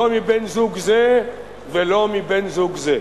לא מבן-זוג זה ולא מבן-זוג זה.